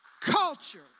culture